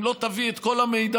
אם לא תביא את כל המידע,